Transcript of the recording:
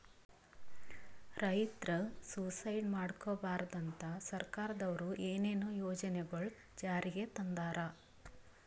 ರೈತರ್ ಸುಯಿಸೈಡ್ ಮಾಡ್ಕೋಬಾರ್ದ್ ಅಂತಾ ಸರ್ಕಾರದವ್ರು ಏನೇನೋ ಯೋಜನೆಗೊಳ್ ಜಾರಿಗೆ ತಂದಾರ್